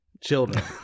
children